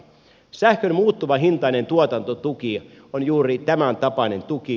sähkön muuttuvahintainen tuotantotuki on juuri tämäntapainen tuki